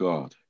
God